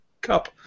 cup